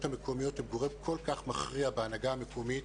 המקומיות הן גורם כל כך מכריע בהנהגה המקומית,